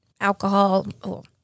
alcohol